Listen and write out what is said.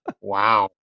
Wow